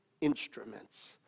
instruments